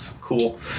cool